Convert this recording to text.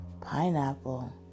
pineapple